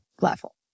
level